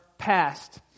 past